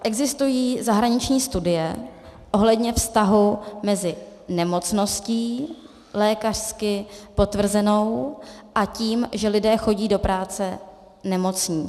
Existují zahraniční studie ohledně vztahu mezi nemocností lékařsky potvrzenou a tím, že lidé chodí do práce nemocní.